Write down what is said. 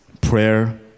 prayer